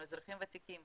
אזרחים ותיקים